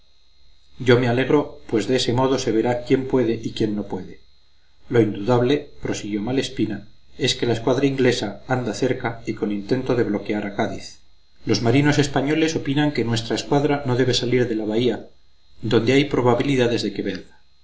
yo me alegro pues de ese modo se verá quién puede y quién no puede lo indudable prosiguió malespina es que la escuadra inglesa anda cerca y con intento de bloquear a cádiz los marinos españoles opinan que nuestra escuadra no debe salir de la bahía donde hay probabilidades de